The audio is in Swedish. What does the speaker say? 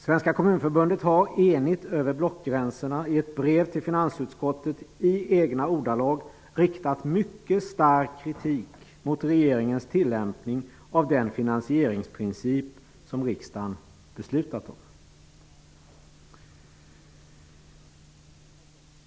Svenska kommunförbundet har enigt över blockgränserna i ett brev till finansutskottet i egna ordalag riktat ''mycket stark kritik'' mot regeringens tillämpning av den finansieringsprincip som riksdagen beslutat om.